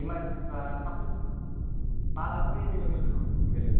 इमारजिनसिबा थाब फैबानो मालआथ' एभेलेबेलखा औ एभेलेबेल